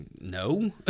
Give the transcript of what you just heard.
no